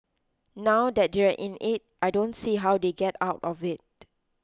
now that they're in it I don't see how they get out of it